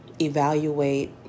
evaluate